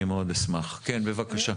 כן, בבקשה.